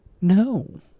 No